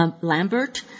Lambert